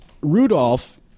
Rudolph